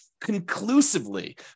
conclusively